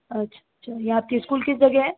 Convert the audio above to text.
अच्छा चलिए आपक स्कूल किस जगह है